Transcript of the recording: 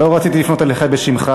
לא רציתי לפנות אליך בשמך.